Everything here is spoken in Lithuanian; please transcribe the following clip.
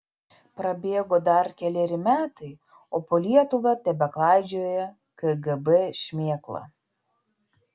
prabėgo dar keleri metai o po lietuvą tebeklaidžioja kgb šmėkla